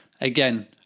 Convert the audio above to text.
Again